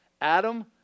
Adam